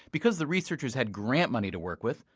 because the researchers had grant money to work with,